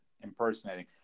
impersonating